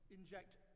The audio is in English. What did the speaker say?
inject